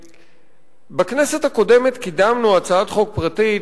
בכנסת הקודמת קידמנו הצעת חוק פרטית,